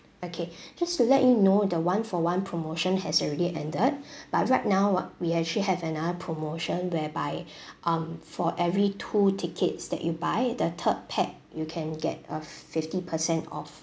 okay just to let you know the one for one promotion has already ended but right now what we actually have another promotion whereby um for every two tickets that you buy the third pax you can get a f~ fifty percent off